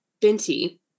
Binti